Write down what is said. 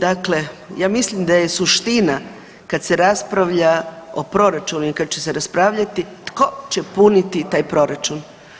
Dakle, ja mislim da je suština kad se raspravlja o proračuna i kad će se raspravljati tko će puniti taj proračun.